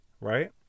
right